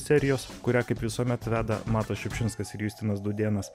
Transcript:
serijos kurią kaip visuomet rado matas šiupšinskas ir justinas dudėnas